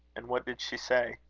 and what did she say?